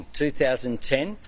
2010